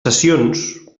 cessions